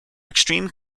extreme